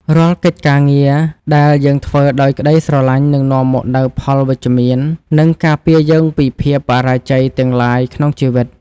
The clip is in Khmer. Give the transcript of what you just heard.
រាល់កិច្ចការងារដែលយើងធ្វើដោយក្ដីស្រឡាញ់នឹងនាំមកនូវផលវិជ្ជមាន និង ការពារយើងពីភាពបរាជ័យទាំងឡាយក្នុងជីវិត។